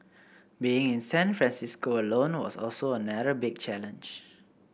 being in San Francisco alone was also another big challenge